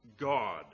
God